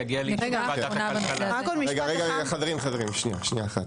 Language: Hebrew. רגע חברים, שניה אחת.